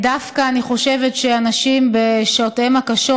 אני חושבת שאנשים בשעותיהם הקשות,